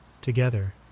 Together